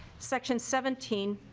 section seventeen.